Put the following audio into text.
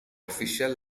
official